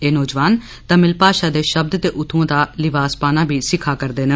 एह् नौजवान तमिल भाशा दे श ब्द ते उत्थुंआ दा लिवास पाना बी सिक्खा करदे न